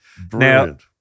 Brilliant